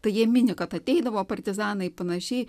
tai jie mini kad ateidavo partizanai panašiai